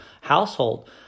household